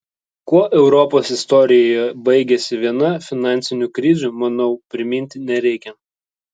kuo europos istorijoje baigėsi viena finansinių krizių manau priminti nereikia